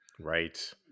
right